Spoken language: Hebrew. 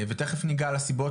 ותיכף ניגע לסיבות